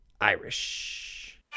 irish